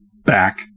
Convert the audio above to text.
back